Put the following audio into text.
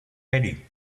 ready